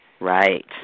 Right